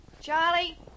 Charlie